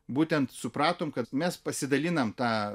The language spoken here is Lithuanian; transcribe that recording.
būtent supratom kad mes pasidalinam tą